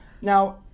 now